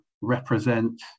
represent